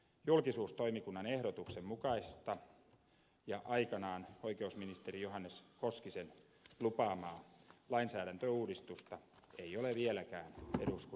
julkisuustoimikunnan ehdotuksen mukaista ja aikanaan oikeusministeri johannes koskisen lupaamaa lainsäädäntöuudistusta ei ole vieläkään eduskunnan käsittelyyn tuotu